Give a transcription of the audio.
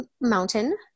mountain